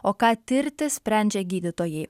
o ką tirti sprendžia gydytojai